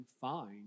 find